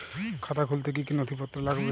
খাতা খুলতে কি কি নথিপত্র লাগবে?